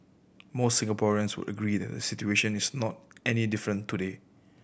most Singaporeans would agree that the situation is not any different today